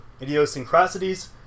idiosyncrasies